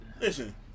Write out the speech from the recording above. Listen